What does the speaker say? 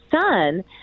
son